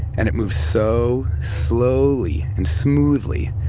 and it moves so slowly and smoothly,